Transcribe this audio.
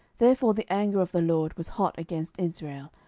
therefore the anger of the lord was hot against israel,